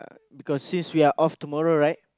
because since we are off tomorrow right